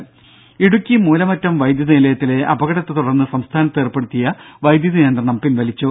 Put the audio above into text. രംഭ ഇടുക്കി മൂലമറ്റം വൈദ്യുതനിലത്തിലെ അപകടത്തെതുടർന്ന് സംസ്ഥാനത്ത് ഏർപ്പെടുത്തിയ വൈദ്യുതി നിയന്ത്രണം പിൻവലിച്ചു